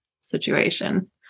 situation